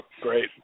Great